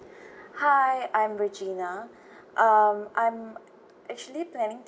hi I'm regina um I'm actually planning to